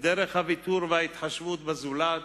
ודרך הוויתור וההתחשבות בזולת